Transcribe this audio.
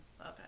Okay